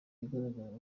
yagaragazaga